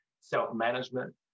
self-management